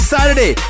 Saturday